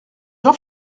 jean